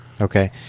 Okay